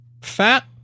fat